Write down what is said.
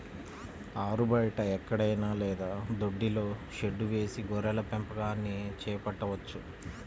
ఆరుబయట ఎక్కడైనా లేదా దొడ్డిలో షెడ్డు వేసి గొర్రెల పెంపకాన్ని చేపట్టవచ్చు